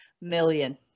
million